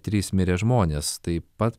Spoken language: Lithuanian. trys mirę žmonės tai pat